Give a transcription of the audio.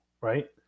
right